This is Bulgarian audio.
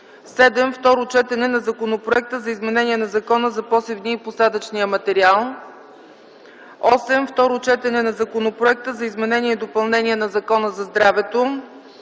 7. Второ четене на Законопроекта за изменение на Закона за посевния и посадъчния материал. 8. Второ четене на Законопроекта за изменение и допълнение на Закона за здравето.